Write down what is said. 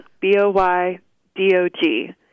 B-O-Y-D-O-G